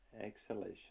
exhalation